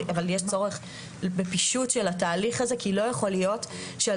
אבל יש צורך בפישוט של התהליך הזה כי לא יכול להיות שעל